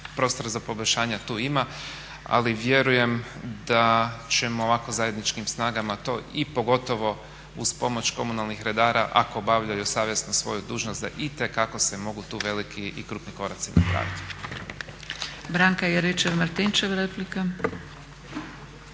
prostora za poboljšanja tu ima ali vjerujem da ćemo ovako zajedničkim snagama to i pogotovo uz pomoć komunalnih redara ako obavljaju savjesno svoju dužnost da itekako se mogu tu veliki i krupni koraci napraviti. **Zgrebec, Dragica